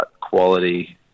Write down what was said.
quality